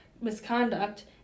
misconduct